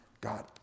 God